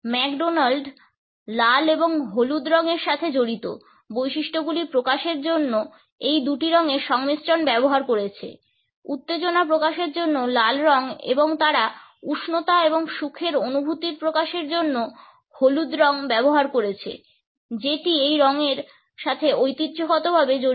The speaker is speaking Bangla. ম্যাকডোনাল্ড লাল এবং হলুদ রঙের সাথে জড়িত বৈশিষ্ট্যগুলি প্রকাশের জন্য এই দুটি রঙের সংমিশ্রণ ব্যবহার করেছে উত্তেজনা প্রকাশের জন্য লাল রং এবং তারা উষ্ণতা এবং সুখের অনুভূতি প্রকাশের জন্য হলুদ রং ব্যবহার করেছে যেটি এই রঙের সাথে ঐতিহ্যগত ভাবে জড়িত